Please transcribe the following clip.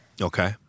Okay